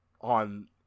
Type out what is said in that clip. on